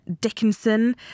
Dickinson